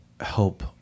help